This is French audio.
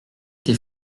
tes